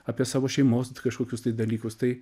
apie savo šeimos kažkokius tai dalykus tai